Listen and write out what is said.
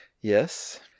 Yes